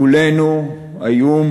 מולנו, האיום